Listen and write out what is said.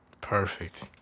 Perfect